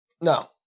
No